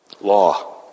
law